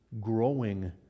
growing